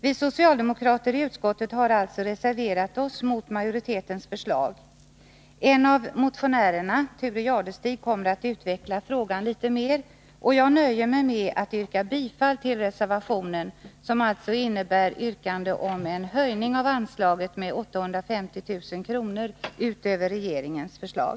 Vi socialdemokrater i utskottet har alltså reserverat oss mot majoritetens förslag. En av motionärerna, Thure Jadestig, kommer att utveckla den här frågan litet mera, och jag nöjer mig med att yrka bifall till reservationen, i vilken framförs ett yrkande om höjning av anslaget med 850 000 kr. utöver regeringens förslag.